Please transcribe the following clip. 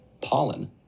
pollen